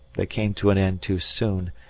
they came to an end too soon,